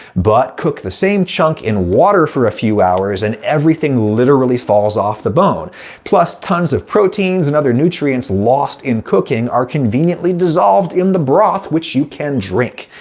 but cook the same chunk in water for a few hours and everything literally falls off the bone plus, tons of proteins and other nutrients lost in cooking are conveniently dissolved in the broth, which you can drink.